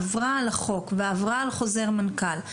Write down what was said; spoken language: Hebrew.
עברה על החוק ועברה על חוזר מנכ"ל.